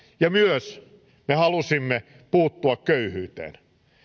ja me halusimme puuttua myös köyhyyteen